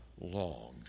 long